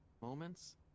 Moments